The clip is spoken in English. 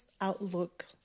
outlook